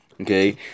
okay